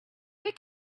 they